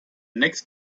next